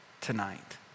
tonight